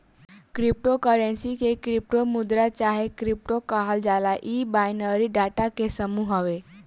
crypto currency के crypto मुद्रा चाहे क्रिप्टो कहल जाला इ बाइनरी डाटा के समूह हवे